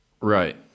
Right